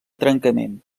trencament